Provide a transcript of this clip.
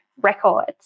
records